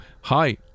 hi